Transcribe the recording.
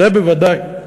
זה בוודאי.